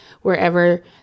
wherever